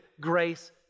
grace